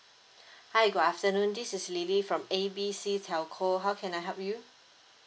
hi good afternoon this is lily from A B C telco how can I help you